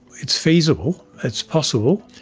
it's feasible, it's possible,